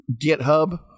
GitHub